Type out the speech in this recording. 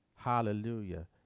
hallelujah